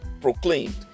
proclaimed